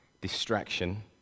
distraction